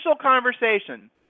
conversation